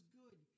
good